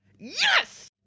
yes